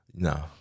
No